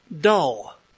dull